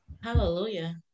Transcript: Hallelujah